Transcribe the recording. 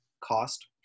cost